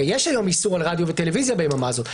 הרי יש היום איסור על רדיו וטלוויזיה ביממה הזאת,